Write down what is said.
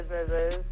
businesses